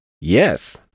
yes